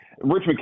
Rich